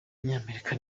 w’umunyamerika